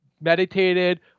meditated